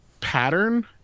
pattern